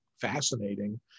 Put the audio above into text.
fascinating